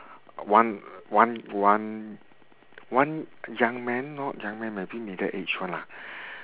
one one one one young man not young man maybe middle aged one lah